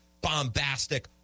bombastic